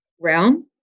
realm